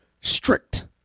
strict